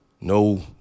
no